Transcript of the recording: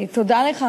תודה לך,